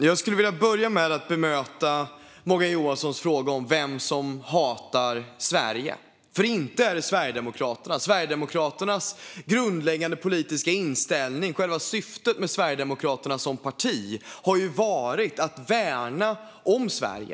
Fru talman! Till att börja med vill jag bemöta Morgan Johanssons fråga om vem som hatar Sverige. Inte är det Sverigedemokraterna! Sverigedemokraternas grundläggande politiska inställning, själva syftet med Sverigedemokraterna som parti, har varit att värna om Sverige.